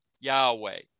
Yahweh